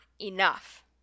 enough